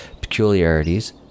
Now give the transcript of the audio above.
peculiarities